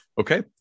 Okay